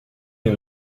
les